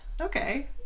Okay